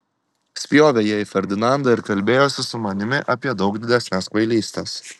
spjovė jie į ferdinandą ir kalbėjosi su manimi apie daug didesnes kvailystes